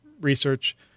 research